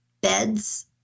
beds